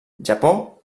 japó